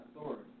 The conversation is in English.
authority